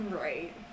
Right